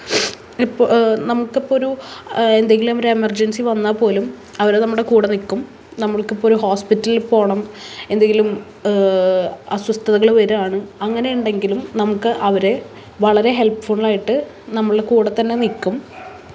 ഇപ്പോൾ നമുക്കിപ്പോൾ ഒരു എന്തെങ്കിലും ഒരു എമര്ജെന്സി വന്നാൽ പോലും അവർ നമ്മുടെ കൂടെ നിൽക്കും നമുക്കിപ്പോൾ ഒര് ഹോസ്പിറ്റലില് പോവണം എന്തെങ്കിലും അസ്വസ്ഥതകള് വരുവാണ് അങ്ങനെ ഉണ്ടെങ്കിലും നമുക്ക് അവരെ വളരെ ഹെല്പ്പ്ഫുള് ആയിട്ട് നമ്മുടെ കൂടെ തന്നെ നിൽക്കും